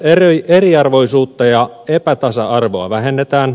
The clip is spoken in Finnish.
köyhyyttä eriarvoisuutta ja epätasa arvoa vähennetään